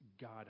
God